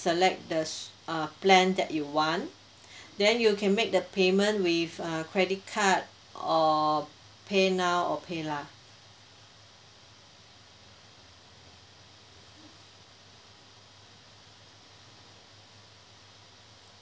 select the su~ uh plan that you want then you can make the payment with err credit card or paynow or paylah